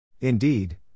Indeed